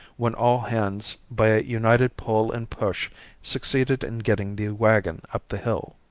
when all hands by a united pull and push succeeded in getting the wagon up the hill.